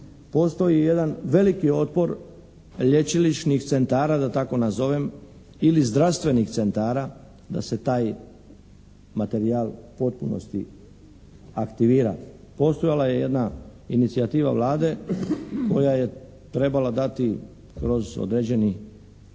postoji jedan veliki otpor liječilišnih centara da tako nazovem ili zdravstvenih centara da se taj materijal u potpunosti aktivira. Postojala je jedna inicijativa Vlade koja je trebala dati kroz određeni